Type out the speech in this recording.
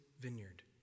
vineyard